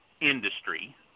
industry